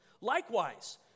Likewise